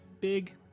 big